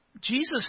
Jesus